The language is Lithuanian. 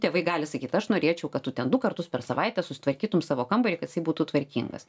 tėvai gali sakyt aš norėčiau kad tu ten du kartus per savaitę susitvarkytum savo kambarį kad jisai būtų tvarkingas